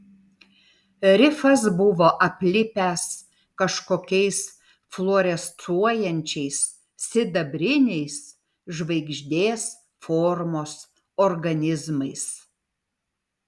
rifas buvo aplipęs kažkokiais fluorescuojančiais sidabriniais žvaigždės formos organizmais